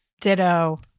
ditto